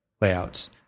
layouts